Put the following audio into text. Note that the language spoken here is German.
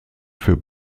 für